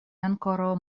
ankoraŭ